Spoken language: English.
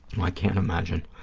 um i can't imagine,